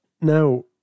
Now